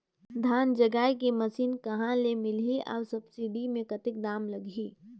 धान जगाय के मशीन कहा ले मिलही अउ सब्सिडी मे कतेक दाम लगही?